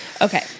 okay